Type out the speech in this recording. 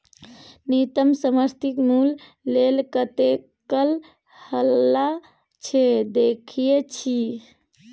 न्युनतम समर्थित मुल्य लेल कतेक हल्ला छै देखय छी